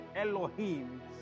Elohim